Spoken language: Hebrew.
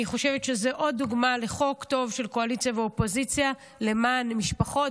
אני חושבת שזו עוד דוגמה לחוק טוב של קואליציה ואופוזיציה למען משפחות,